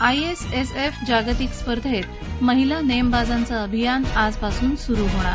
ISSF जागतिक स्पर्धेत भारतीय महिला नेमबाजांचं अभियान आजपासून सुरु होणार